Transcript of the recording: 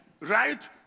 right